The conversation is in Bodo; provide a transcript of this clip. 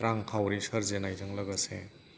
रांखावरि सोरजिनायजों लोगोसे